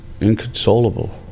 inconsolable